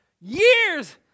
years